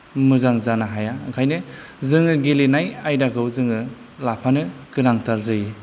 मोजां जानो हाया ओंखायनो जोङो गेलेनाय आयदाखौ जोङो लाफानो गोनांथार जायो